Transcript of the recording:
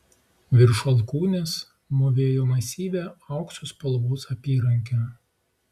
virš alkūnės mūvėjo masyvią aukso spalvos apyrankę